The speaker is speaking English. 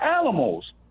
animals